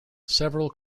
several